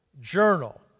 Journal